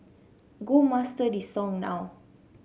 go master this song now